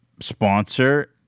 sponsor